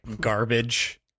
garbage